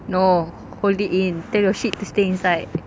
no hold it in tell your shit to stay inside